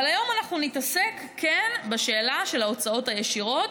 אבל היום אנחנו נתעסק בשאלה של ההוצאות הישירות,